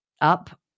up